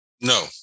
No